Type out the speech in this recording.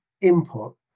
input